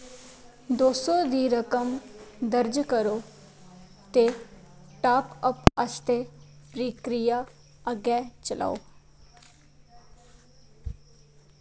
दो सौ दी रकम दर्ज करो ते टापअप आस्तै प्रक्रिया अग्गै चलाओ